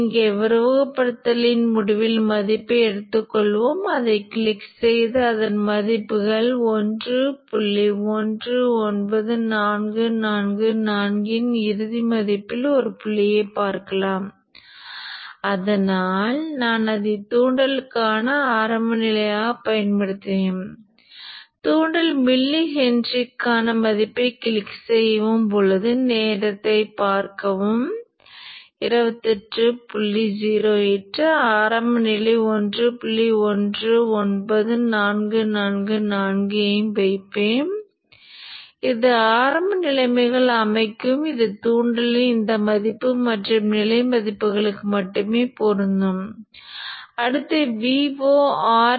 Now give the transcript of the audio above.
எனவே இந்த இரண்டும் R இன் மதிப்பை தீர்மானிக்கப் போகிறது மற்றும் மின்சக்தி சிதறல் அதிர்வெண் மற்றும் காந்தமாக்கும் மின்னோட்ட கூறுகளில் உள்ள தூண்டல் மூலம் மட்டுமே தீர்மானிக்கப்படுகிறது